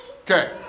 Okay